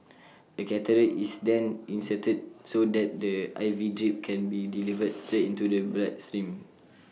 A catheter is then inserted so that the IV drip can be delivered straight into the blood stream